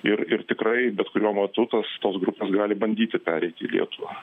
ir ir tikrai bet kuriuo metu tas tos grupės gali bandyti pereiti į lietuvą